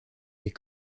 des